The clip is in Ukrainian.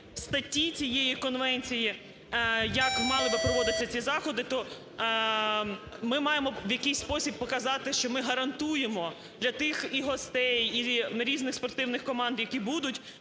статті цієї Конвенції, як мали би проводитись ці заходи, то ми маємо в якийсь спосіб показати, що ми гарантуємо для тих і гостей, і різних спортивних команд, які будуть,